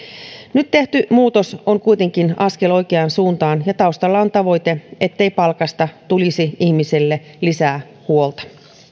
nyt tehty muutos on kuitenkin askel oikeaan suuntaan ja taustalla on se tavoite ettei palkasta tulisi ihmisille lisää huolta